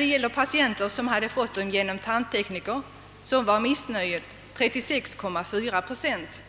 Bland de patienter som behandlats av tandtekniker var 36,4 procent